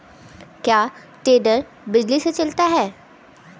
क्या टेडर बिजली से चलता है?